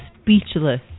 speechless